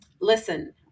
Listen